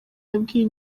yabwiye